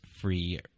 free